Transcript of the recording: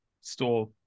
store